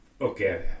okay